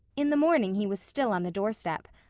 in the morning he was still on the doorstep.